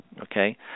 okay